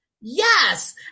yes